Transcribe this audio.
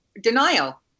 denial